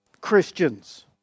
Christians